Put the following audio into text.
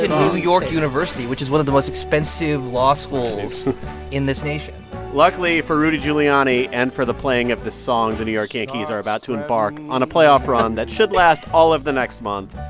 new york university, which is one of the most expensive law schools in this nation luckily for rudy giuliani and for the playing of this song, the new york yankees are about to embark on a playoff run that should last all of the next month.